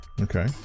Okay